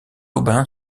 aubin